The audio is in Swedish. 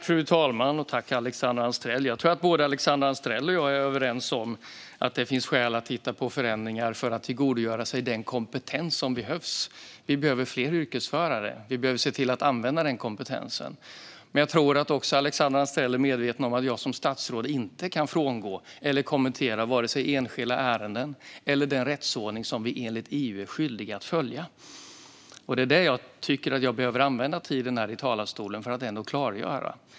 Fru talman! Jag tror att Alexandra Anstrell och jag är överens om att det finns skäl att titta på förändringar för att vi ska kunna tillgodogöra oss den kompetens som finns. Vi behöver fler yrkesförare, och vi behöver se till att använda den kompetensen. Jag tror dock att Alexandra Anstrell även är medveten om att jag som statsråd inte kan frångå eller kommentera vare sig enskilda ärenden eller den rättsordning som vi enligt EU är skyldiga att följa. Det är det jag tycker att jag behöver använda tiden här i talarstolen för att klargöra.